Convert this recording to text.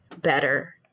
better